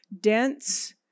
dense